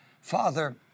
Father